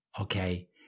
Okay